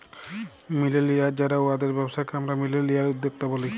millennial যারা উয়াদের ব্যবসাকে আমরা মিলেলিয়াল উদ্যক্তা ব্যলি